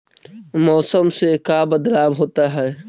मौसम से का बदलाव होता है?